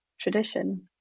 tradition